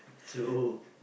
so